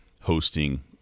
hosting